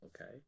okay